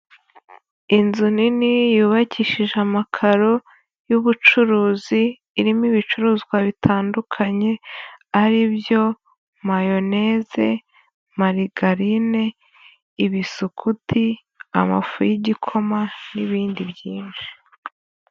Inzu nini yubakishije amakaro y'ubucuruzi. Irimo ibicuruzwa bitandukanye ari byo: mayoneze, marigarine, ibisukuti, amafu y'igikoma n'ibindi byinshi.